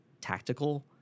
tactical